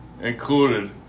included